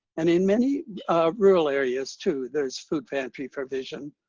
and in many rural areas, too, there's food pantry provision.